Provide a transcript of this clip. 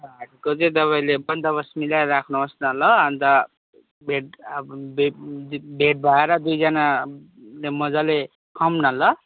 हाटको चाहिँ तपाईँले बन्दोबस्त मिलाएर राख्नुहोस्न ल अन्त भेट अब भेट भेट भएर दुइजना ले मज्जाले खाम् न ल